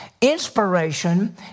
Inspiration